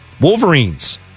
Wolverines